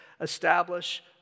establish